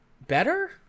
better